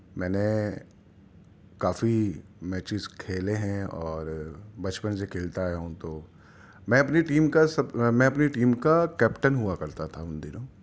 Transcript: میں نے کافی میچیز کھیلے ہیں اور بچپن سے کھیلتا آیا ہوں تو میں اپنی ٹیم کا سب میں اپنی ٹیم کا کیپٹن ہوا کرتا تھا ان دنوں